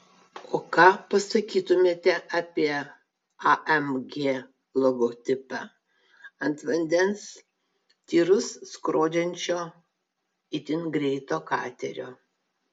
o ką pasakytumėte apie amg logotipą ant vandens tyrus skrodžiančio itin greito katerio